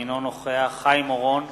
אינו נוכח חיים אורון,